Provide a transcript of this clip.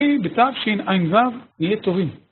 בתשע"ו נהיה תורים